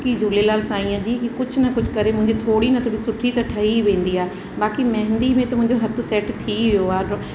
की झूलेलाल सांईअ जी की कुझु न कुझु करे मुंहिजी थोरी न त बि सुठी त ठही वेंदी आहे बाक़ी मेहंदी में त मुंहिंजो हथ सैट थी वियो आहे ड्रॉ